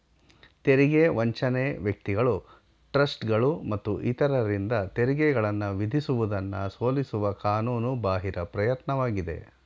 ತೆರಿಗೆ ವಂಚನೆ ವ್ಯಕ್ತಿಗಳು ಟ್ರಸ್ಟ್ಗಳು ಮತ್ತು ಇತರರಿಂದ ತೆರಿಗೆಗಳನ್ನ ವಿಧಿಸುವುದನ್ನ ಸೋಲಿಸುವ ಕಾನೂನು ಬಾಹಿರ ಪ್ರಯತ್ನವಾಗಿದೆ